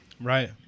Right